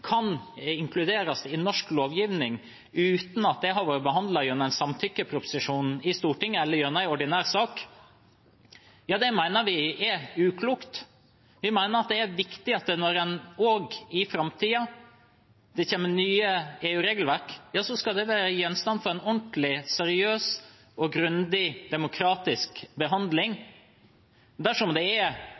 kan inkluderes i norsk lovgivning uten at det har vært behandlet gjennom en samtykkeproposisjon i Stortinget eller gjennom ordinær sak. Det mener vi er uklokt. Vi mener det er viktig at når det også i framtiden kommer nye EU-regelverk, skal det være gjenstand for en ordentlig, seriøs og grundig demokratisk behandling. Dersom det kun er